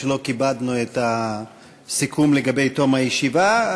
שלא כיבדנו את הסיכום לגבי תום הישיבה.